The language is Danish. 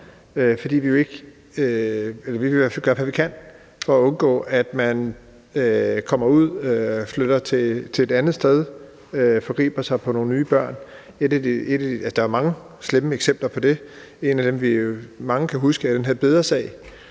fald gøre, hvad vi kan, for at undgå, at man kommer ud af fængslet, flytter til et andet sted og forgriber sig på nogle nye børn. Der er mange slemme eksempler på det. Et af dem, mange kan huske, er den her sag